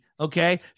Okay